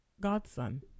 Godson